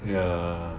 ya